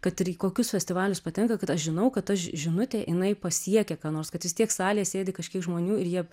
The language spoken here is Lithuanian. kad ir į kokius festivalius patenka kad aš žinau kad ta ži žinutė jinai pasiekia ką nors kad vis tiek salėje sėdi kažkiek žmonių ir jie